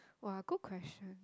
!wah! good question